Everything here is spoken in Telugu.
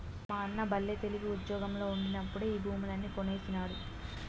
మా అన్న బల్లే తెలివి, ఉజ్జోగంలో ఉండినప్పుడే ఈ భూములన్నీ కొనేసినాడు